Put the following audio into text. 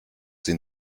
sie